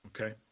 Okay